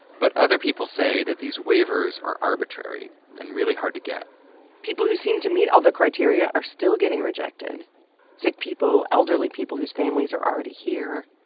but other people say that these waivers are arbitrary and really hard to get people who seem to meet all the criteria are still getting rejected sick people, elderly people whose families are already here.